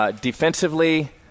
Defensively